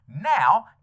Now